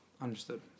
Understood